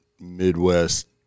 Midwest